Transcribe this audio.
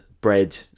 bread